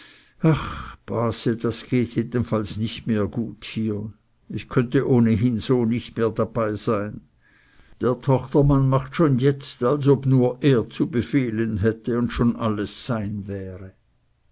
das geht jedenfalls nicht mehr gut hier ich könnte ohnehin so nicht mehr dabeisein der tochtermann macht schon jetzt als ob nur er zu befehlen hätte und schon alles sein wäre